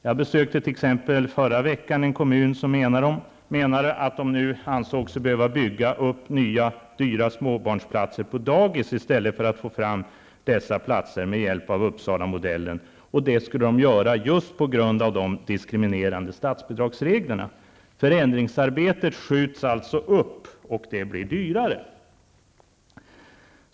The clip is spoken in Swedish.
Jag besökte t.ex. förra veckan en kommun där man ansåg sig behöva bygga upp nya dyra småbarnsplatser på dagis i stället för att få fram dessa platser med hjälp av Uppsalamodellen. Det skulle man göra just på grund av de diskriminerande statsbidragsreglerna. Förändringsarbetet skjuts alltså upp och blir dyrare.